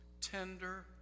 tender